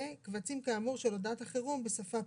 וקבצים כאמור של הודעת החירום בשפה פשוטה".